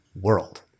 world